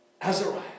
Azariah